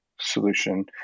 solution